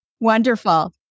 Wonderful